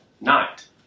night